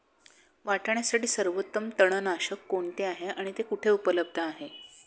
वाटाण्यासाठी सर्वोत्तम तणनाशक कोणते आहे आणि ते कुठे उपलब्ध आहे?